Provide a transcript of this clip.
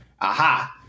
Aha